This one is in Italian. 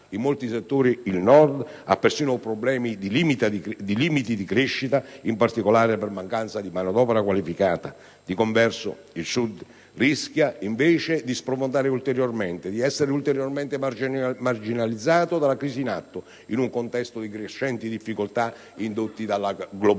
in molti settori il Nord ha persino problemi di limiti di crescita, in particolare per mancanza di manodopera qualificata. Di converso, il Sud rischia di sprofondare ancor più e di essere ulteriormente marginalizzato dalla crisi in atto, in un contesto di crescenti difficoltà indotte dalle globalizzazione.